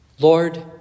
Lord